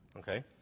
Okay